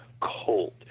cold